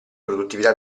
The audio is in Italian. produttività